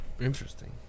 Interesting